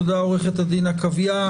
תודה, עורכת הדין עקביה.